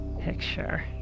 picture